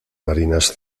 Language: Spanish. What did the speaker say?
marinas